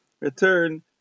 return